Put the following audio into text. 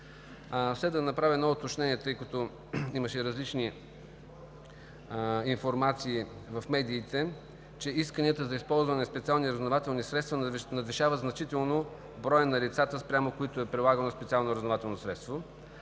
Следва да направя уточнение, тъй като имаше различни информации в медиите, че исканията за използване на специални разузнавателни средства надвишават значително броя на лицата, спрямо които е прилагано специално разузнавателно средство.